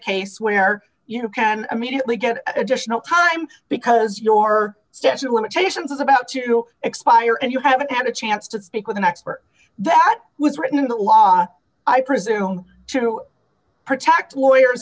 case where you can immediately get additional time because your statue of limitations is about to expire and you haven't had a chance to speak with an expert that was written in the law i presume to protect lawyers